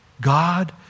God